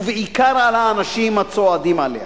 ובעיקר על האנשים הצועדים עליה.